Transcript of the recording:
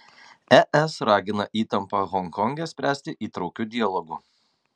es ragina įtampą honkonge spręsti įtraukiu dialogu